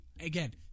Again